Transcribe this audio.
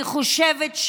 אני חושבת,